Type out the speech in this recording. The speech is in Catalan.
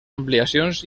ampliacions